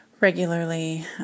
regularly